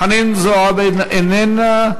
חנין זועבי, איננה.